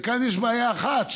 וכאן יש בעיה אחת,